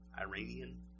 Iranian